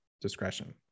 discretion